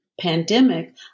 pandemic